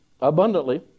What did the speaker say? abundantly